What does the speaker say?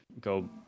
go